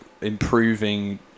improving